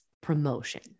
promotion